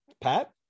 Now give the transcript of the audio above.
Pat